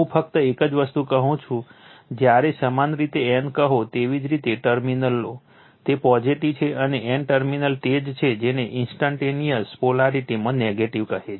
હું ફક્ત એક જ વસ્તુ કહું છું જ્યારે સમાન રીતે n કહો તેવી જ રીતે ટર્મિનલ લો તે પોઝિટીવ છે અને n ટર્મિનલ તે જ છે જેને ઈન્સ્ટંટેનીઅસ પોલારિટીમાં નેગેટિવ કહે છે